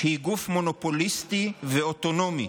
שהיא גוף מונופוליסטי ואוטונומי,